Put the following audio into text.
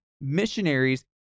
missionaries